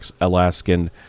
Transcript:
Alaskan